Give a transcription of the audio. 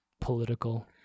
political